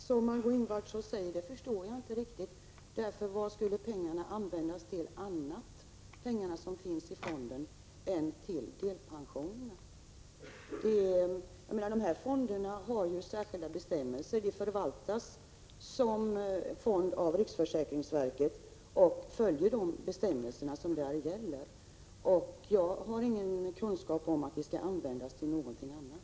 Herr talman! Jag förstår inte riktigt det som Marg6ö Ingvardsson säger. Vad skulle pengarna i fonden användas till annat än för delpensionerna? Det finns särskilda bestämmelser för denna fond. Den förvaltas av riksförsäkringsverket och följer de bestämmelser som gäller. Jag har ingen kunskap om att den skulle användas till något annat ändamål.